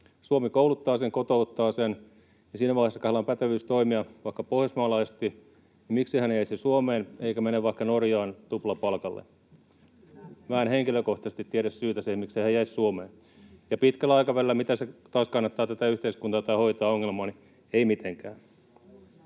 Suomi kouluttaa hänet, kotouttaa hänet — miksi hän siinä vaiheessa, kun hänellä on pätevyys toimia vaikka Pohjoismaissa, jäisi Suomeen eikä menisi vaikka Norjaan tuplapalkalle? Minä en henkilökohtaisesti tiedä syytä siihen, miksi hän jäisi Suomeen. Ja miten se taas pitkällä aikavälillä kannattaa tätä yhteiskuntaa tai hoitajaongelmaa? Ei mitenkään.